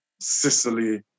Sicily